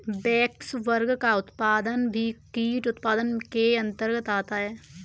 waxworm का उत्पादन भी कीट उत्पादन के अंतर्गत आता है